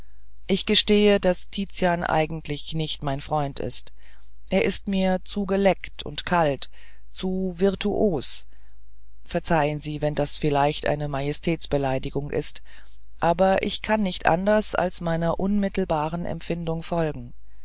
ich gestehe daß tizian eigentlich nicht mein freund ist er ist mir zu geleckt und kalt zu virtuos verzeihen sie wenn das vielleicht eine majestätsbeleidigung ist aber ich kann nicht anders als meiner unmittelbaren empfindung folgen